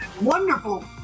Wonderful